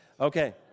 Okay